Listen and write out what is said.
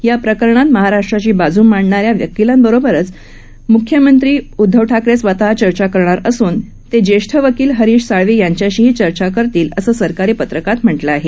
या प्रकरणात महाराष्ट्राची बाजू मांडणा या वकीलांबरोबर मुख्यमंत्री उद्दव ठाकरे स्वतः चर्चा करणार असून ते ज्येष्ठ वकील हरीश साळवे यांच्याशीही चर्चा करतील असं सरकारी पत्रकात म्हटलं आहे